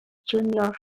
junior